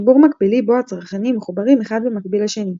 חיבור מקבילי בו הצרכנים מחוברים אחד במקביל לשני.